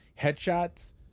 headshots